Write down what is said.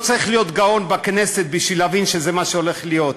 לא צריך להיות גאון בכנסת בשביל להבין שזה מה שהולך להיות.